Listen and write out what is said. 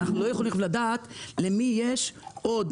ואנחנו לא יכולים לדעת למי יש עוד